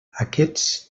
aquests